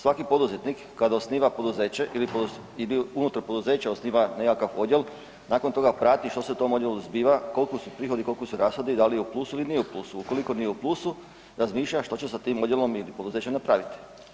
Svaki poduzetnik kada osniva poduzeće ili unutar poduzeća osniva nekakav odjel nakon toga prati što se u tom odjelu zbiva, koliko su prihodi, koliko su rashodi, da li je u plusu ili nije u plusu, ukoliko nije u plusu razmišlja što će sa tim odjelom ili poduzećem napraviti.